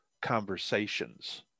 conversations